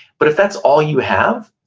but if that's all you have,